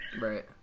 Right